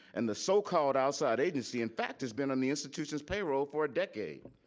and the so called outside agency, in fact, has been on the institution's payroll for a decade,